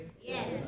Yes